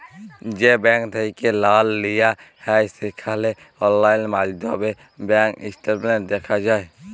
যে ব্যাংক থ্যাইকে লল লিয়া হ্যয় সেখালে অললাইল মাইধ্যমে ব্যাংক ইস্টেটমেল্ট দ্যাখা যায়